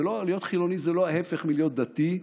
להיות חילוני זה לא ההפך מלהיות דתי,